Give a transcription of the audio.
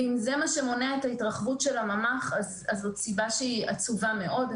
אם זה מה שמונע את ההתרחבות של הממ"ח אז זאת סיבה עצובה מאוד.